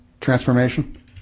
transformation